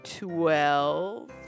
Twelve